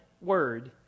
word